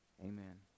Amen